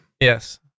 Yes